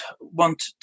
want